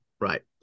Right